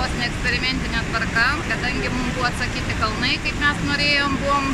vos ne eksperimentine tvarka kadangi mum buvo atsakyti kalnai kaip mes norėjom buvom